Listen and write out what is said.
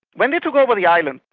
when they took over the island,